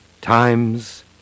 times